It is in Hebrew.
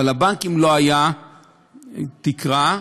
אבל לבנקים לא הייתה תקרה,